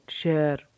share